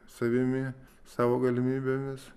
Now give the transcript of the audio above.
savimi savo galimybėmis